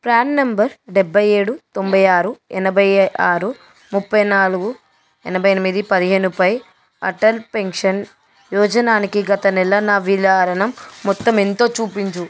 PRAN number డెబ్భై ఏడు తొంభై ఆరు యనభై ఆరు ముప్పై నాలుగు ఎనబై ఎనిమిది పదిహేనుపై అటల్ పెన్షన్ యోజనానికి గత నెల నా విరాళం మొత్తం ఎంతో చూపించుము